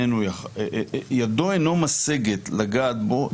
האמירה שידו אינה משגת לגעת בו,